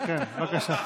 בבקשה.